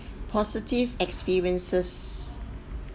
positive experiences